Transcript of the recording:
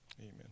Amen